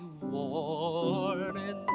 warning